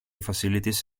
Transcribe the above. facilities